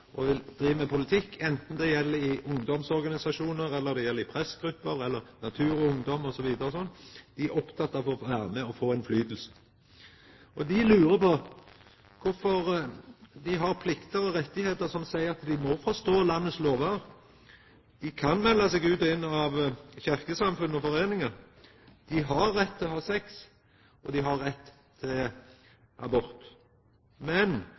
gjeld i ungdomsorganisasjonar eller det gjeld i pressgrupper, Natur og Ungdom osv. Dei er opptekne av å vera med og ha påverknad. Dei lurer på kvifor dei har plikter og rettigheiter som seier at dei må forstå landets lover, dei kan melda seg ut av og inn i kyrkjesamfunn og foreiningar, dei har rett til å ha sex og dei har rett til abort. Ein 16-åring er gammal nok til å bli dømd, men